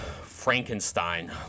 Frankenstein